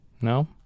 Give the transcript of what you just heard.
no